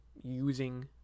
using